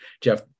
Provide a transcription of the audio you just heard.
Jeff